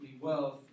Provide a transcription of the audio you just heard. wealth